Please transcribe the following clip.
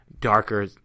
darker